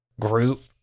group